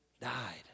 died